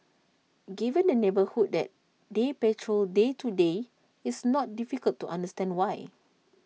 given the neighbourhood that they patrol day to day it's not difficult to understand why